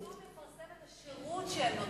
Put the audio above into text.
משרד הפרסום מפרסם את השירות שהם נותנים,